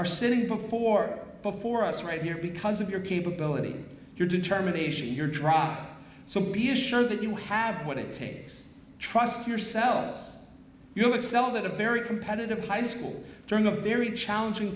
are sitting before before us right here because of your capability your determination your drop so be assured that you have what it takes trust yourself as you have excelled at a very competitive high school during a very challenging